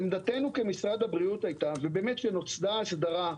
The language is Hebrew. עמדתנו כמשרד הבריאות הייתה, ובאמת כשנוסדה הסדרה,